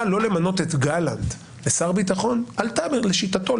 לא למנות את גלנט לשר ביטחון עלתה לשיטתו,